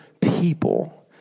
people